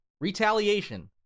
retaliation